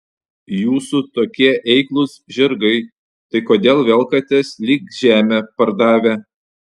jūsų tokie eiklūs žirgai tai kodėl velkatės lyg žemę pardavę